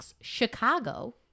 Chicago